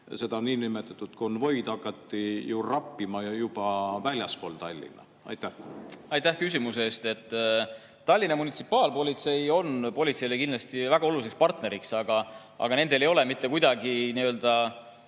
seda niinimetatud konvoid hakati ju rappima juba väljaspool Tallinna. Aitäh! Aitäh küsimuse eest! Tallinna munitsipaalpolitsei on politseile kindlasti väga oluline partner, aga nendel ei ole omavahel kuidagi